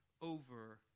over